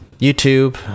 YouTube